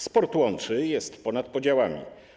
Sport łączy i jest ponad podziałami.